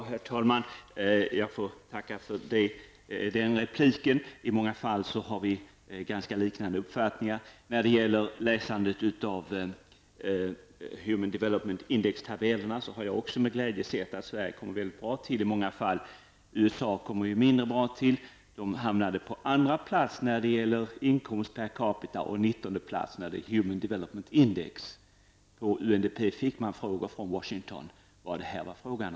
Herr talman! Jag får tacka för det kompletterande svaret. I många fall har vi ganska liknande uppfattningar. När jag läst Human Development Index-tabellerna har jag också med glädje konstaterat att Sverige ligger bra till i många fall. USA ligger mindre bra till. USA hamnar på andra plats när det gäller inkomst per capita och på 19 plats när det gäller Human Development Index. På UNDP fick man också frågor från Washington om vad det var fråga om.